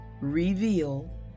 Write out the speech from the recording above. reveal